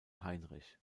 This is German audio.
heinrich